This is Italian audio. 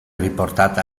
riportata